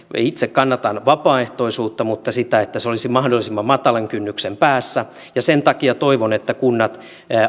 itse kannatan vapaaehtoisuutta mutta siten että se olisi mahdollisimman matalan kynnyksen päässä ja sen takia toivon että kunnat